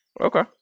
Okay